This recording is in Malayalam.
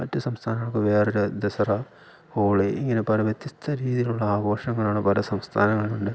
മറ്റു സംസ്ഥാനങ്ങൾക്ക് വേറൊരു ദസറ ഹോളി ഇങ്ങനെ പല വ്യത്യസ്ഥ രീതിയിലുള്ള ആഘോഷങ്ങളാണ് പല സംസ്ഥാനങ്ങളിലുണ്ട്